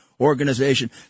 organization